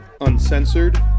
uncensored